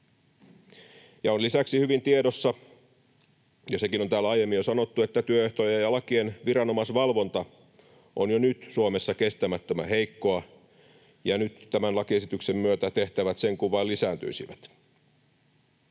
On lisäksi hyvin tiedossa ja sekin on täällä aiemmin jo sanottu, että työehtojen ja lakien viranomaisvalvonta on jo nyt Suomessa kestämättömän heikkoa ja nyt tämän lakiesityksen myötä tehtävät sen kun vain lisääntyisivät.